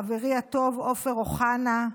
חברי הטוב עופר אוחנה,